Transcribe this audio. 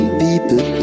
people